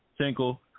tinkle